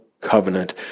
covenant